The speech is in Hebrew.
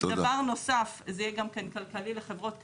דבר נוסף, זה יהיה גם כלכלי לחברות קדישא,